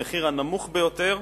במחיר הנמוך ביותר,